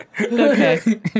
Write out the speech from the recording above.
Okay